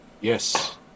Yes